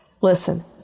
Listen